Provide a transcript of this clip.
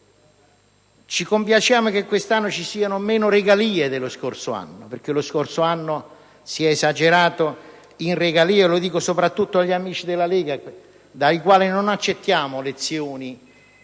Ci compiacciamo che quest'anno ci siano meno regalie dello scorso anno, perché lo scorso anno si è esagerato. Mi rivolgo soprattutto agli amici della Lega Nord, dai quali non accettiamo lezioni